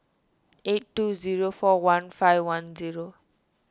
eight two zero four one five one zero